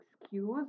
excuse